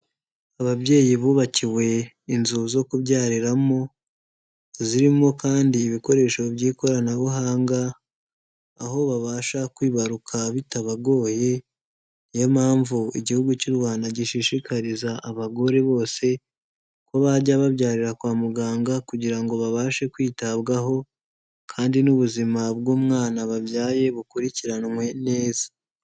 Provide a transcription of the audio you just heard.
Ababyeyi bubakiwe inzu zo kubyariramo. Zirimo kandi ibikoresho by'ikoranabuhanga. Aho babasha kwibaruka bitabagoye. Niyo mpamvu Igihugu cy'u Rwanda gishishikariza abagore bose ko bajya babyarira kwa muganga kugira ngo babashe kwitabwaho kandi n'ubuzima bw'umwana babyaye bukurikiranwe neza.